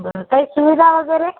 बरं काही सुविधा वगैरे